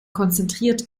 konzentriert